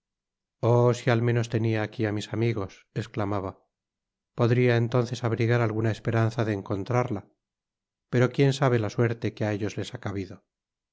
si al menos tenia aqui á mis amigos esclamaba podria entonces abrigar alguna esperanza de encontrarla pero quien sabe la suerte que á ellos les ha cabido